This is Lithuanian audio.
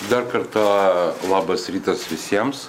dar kartą labas rytas visiems